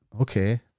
Okay